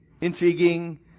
intriguing